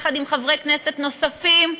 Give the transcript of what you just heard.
יחד עם חברי כנסת נוספים,